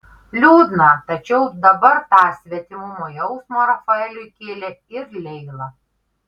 liūdna tačiau dabar tą svetimumo jausmą rafaeliui kėlė ir leila